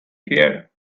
here